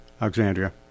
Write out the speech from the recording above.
Alexandria